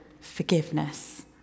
forgiveness